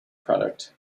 product